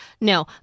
No